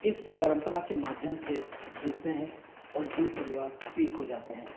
इस परम्परा के माध्यम से जुड़ते हैं और दो परिवार एक हो जाते हैं